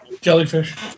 Jellyfish